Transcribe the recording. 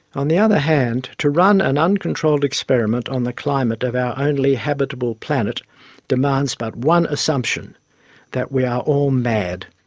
on the other hand, to run an uncontrolled experiment on the climate of our only habitable planet demands but one assumption that we are all mad.